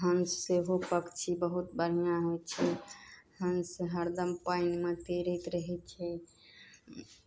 हंस सेहो पक्षी बहुत बढ़िऑं होइ छै हंस हरदम पानिमे तेरैत रहै छै